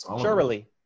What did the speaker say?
Surely